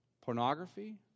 Pornography